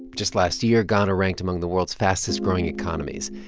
just last year, ghana ranked among the world's fastest-growing economies.